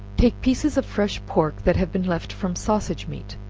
take pieces of fresh pork that have been left from sausage meat,